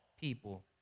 people